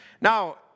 Now